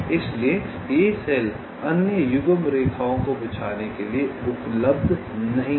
इसलिए ये सेल अन्य युग्म रेखाओं को बिछाने के लिए उपलब्ध नहीं हैं